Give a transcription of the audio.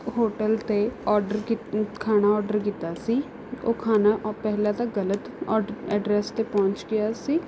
hotel 'ਤੇ order ਕੀਤਾ ਖਾਣਾ ਔਡਰ ਕੀਤਾ ਸੀ ਉਹ ਖਾਣਾ ਪਹਿਲਾਂ ਤਾਂ ਗਲਤ ਔਡ ਐਡਰੈਸ 'ਤੇ ਪਹੁੰਚ ਗਿਆ ਸੀ